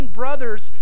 brothers